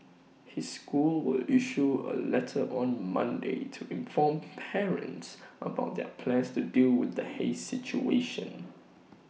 his school will issue A letter on Monday to inform parents about their plans to deal with the haze situation